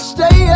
Stay